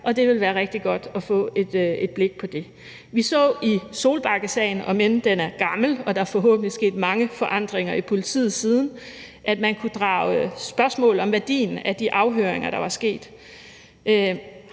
Og det vil være rigtig godt at få et blik på det. Vi så i Solbakkesagen – om end den er gammel, og der er forhåbentlig sket mange forandringer i politiet siden – at man kunne sætte spørgsmålstegn ved værdien af de afhøringer, der var sket.